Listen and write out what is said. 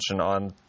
on